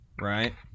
right